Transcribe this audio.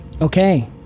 Okay